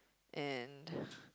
and